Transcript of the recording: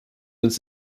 uns